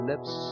Lips